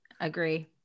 agree